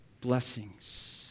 blessings